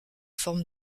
forme